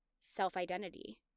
self-identity